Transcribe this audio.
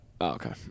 Okay